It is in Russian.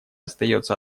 остается